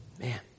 Man